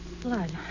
blood